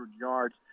yards